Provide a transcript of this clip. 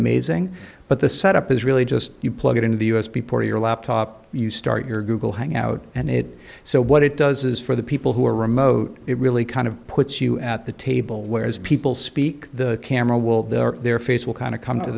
amazing but the set up is really just you plug it into the u s b port of your laptop you start your google hangout and it so what it does is for the people who are remote it really kind of puts you at the table where as people speak the camera will there their face will kind of come to